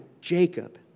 Jacob